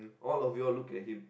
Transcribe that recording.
all of you all look at him